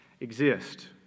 exist